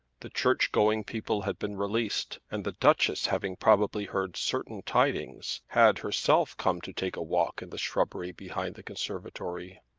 the church-going people had been released, and the duchess having probably heard certain tidings, had herself come to take a walk in the shrubbery behind the conservatory.